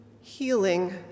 healing